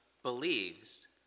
believes